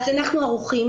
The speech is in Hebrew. אנחנו ערוכים.